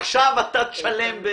עכשיו אתה תשלם.